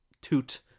toot